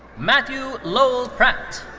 matthew lowell pratt.